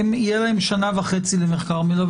תהיה להם שנה וחצי למחקר מלווה.